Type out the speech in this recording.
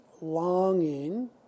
longing